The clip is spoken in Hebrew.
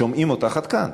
שומעים אותך עד כאן.